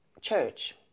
church